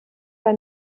bei